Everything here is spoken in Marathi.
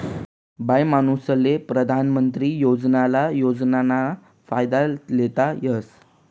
बाईमानूसले परधान मंत्री उज्वला योजनाना फायदा लेता येस